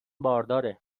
بارداره